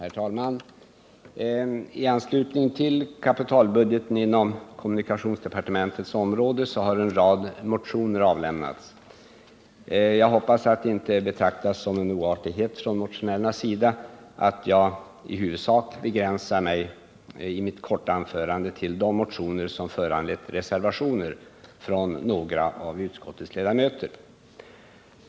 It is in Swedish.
Herr talman! I anslutning till kapitalbudgeten inom kommunikationsdepartementets område har en rad motioner avlämnats. Jag hoppas att det från motionärernas sida inte betraktas som en oartighet att jag i huvudsak begränsar mitt korta anförande till de motioner som föranlett reservationer från några av utskottets ledamöter.